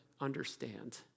understand